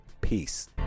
peace